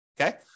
okay